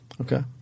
Okay